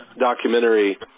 documentary